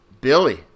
Billy